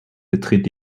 betritt